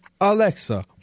Alexa